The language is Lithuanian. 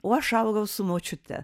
o aš augau su močiute